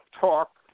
talk